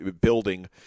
building